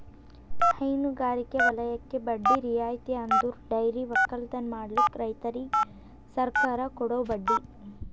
ಹೈನಗಾರಿಕೆ ವಲಯಕ್ಕೆ ಬಡ್ಡಿ ರಿಯಾಯಿತಿ ಅಂದುರ್ ಡೈರಿ ಒಕ್ಕಲತನ ಮಾಡ್ಲುಕ್ ರೈತುರಿಗ್ ಸರ್ಕಾರ ಕೊಡೋ ಬಡ್ಡಿ